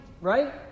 right